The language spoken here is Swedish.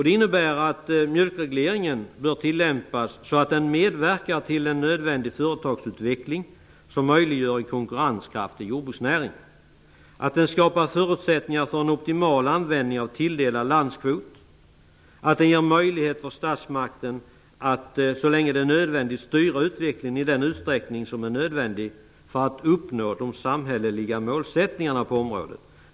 Det innebär att mjölkregleringen bör tillämpas så att den medverkar till en nödvändig företagsutveckling som möjliggör en konkurrenskraftig jordbruksnäring. Den skall skapa förutsättningar för en optimal användning av tilldelad landskvot och ge möjligheter för statsmakten att så länge det är nödvändigt styra utvecklingen i den utsträckning som är nödvändig för att uppnå de samhälleliga målsättningarna på området.